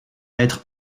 être